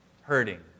hurting